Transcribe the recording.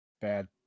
Bad